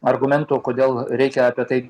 argumentų kodėl reikia apie tai diskutuoti kalbėti